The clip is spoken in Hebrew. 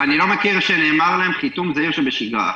אני לא מכיר שנאמר להם חיתום זהיר שבשגרה.